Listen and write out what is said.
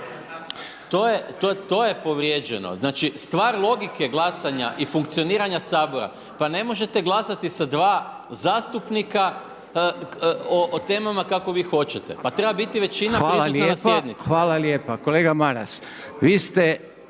To je povrijeđeno, znači stvar logike glasanja i funkcioniranja Sabora, pa ne možete glasati sa dva zastupnika o temama kako vi hoćete. Pa treba biti većina prisutna na sjednici. **Reiner, Željko